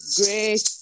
great